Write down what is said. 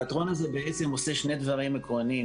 התיאטרון הזה בעצם עושה שני דברים עקרוניים.